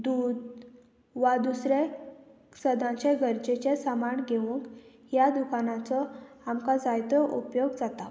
दूद वा दुसरें सदांचे गरजेचें सामान घेवंक ह्या दुकानाचो आमकां जायतो उपयोग जाता